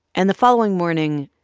and the following morning,